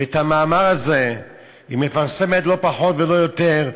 ואת המאמר הזה היא מפרסמת, לא פחות ולא יותר,